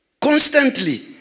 constantly